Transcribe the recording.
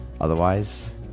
otherwise